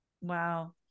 wow